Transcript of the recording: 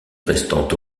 restant